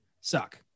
suck